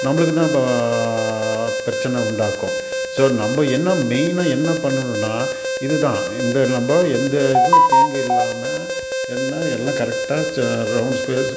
நம்மளுக்கு தான் இப்போ பிரச்சின உண்டாக்கும் ஸோ நம்ம என்ன மெய்னாக என்ன பண்ணணுன்னால் இது தான் இந்த நம்ம எந்த இதுவும் தீங்கு இல்லாமல் என்ன எல்லாம் கரெக்டாக ச ரௌண்டு ஸ்பேஸ்